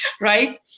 right